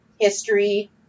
history